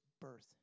birth